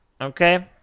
okay